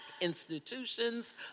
institutions